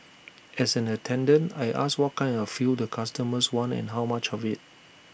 as an attendant I ask what kind of fuel the customers want and how much of IT